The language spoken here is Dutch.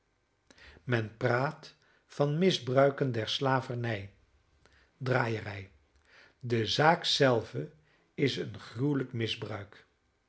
men praat van misbruiken der slavernij draaierij de zaak zelve is een gruwelijk misbruik